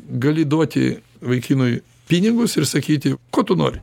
gali duoti vaikinui pinigus ir sakyti ko tu nori